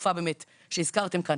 תחלופה שהזכרתם כאן,